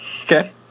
Okay